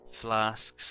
flasks